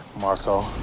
Marco